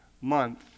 month